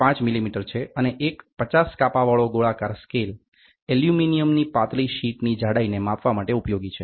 5 millimetre છે અને એક 50 કાપાવાળો ગોળાકાર સ્કેલ એલ્યુમિનિયમની પાતળી શીટની જાડાઈ ને માપવા માટે ઉપયોગી છે